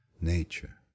Nature